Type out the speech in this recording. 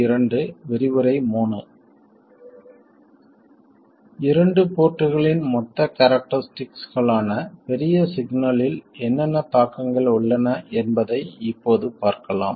இரண்டு போர்ட்களின் மொத்த கேரக்டரிஸ்டிக்ஸ்களான பெரிய சிக்னலில் என்னென்ன தாக்கங்கள் உள்ளன என்பதை இப்போது பார்க்கலாம்